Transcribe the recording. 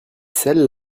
celle